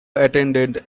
attended